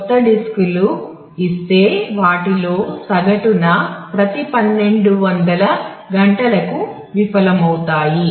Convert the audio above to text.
కొత్త డిస్క్లు ఇస్తే వాటిలో సగటున ప్రతి పన్నెండు వందల గంటలకు విఫలమవుతాయి